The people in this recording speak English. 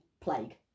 plague